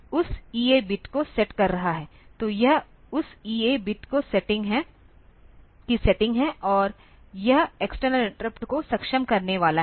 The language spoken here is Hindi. तो यह उस ईए बिट की सेटिंग है और यह एक्सटर्नल इंटरप्ट को सक्षम करने वाला है